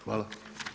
Hvala.